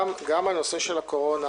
גם הנושא של הקורונה,